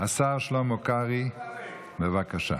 השר שלמה קרעי, בבקשה.